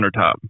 countertop